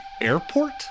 Airport